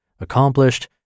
accomplished